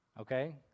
Okay